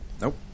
Nope